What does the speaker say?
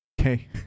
Okay